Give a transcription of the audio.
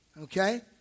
Okay